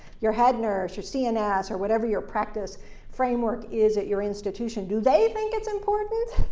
your head nurse, your cns, or whatever your practice framework is at your institution. do they think it's important?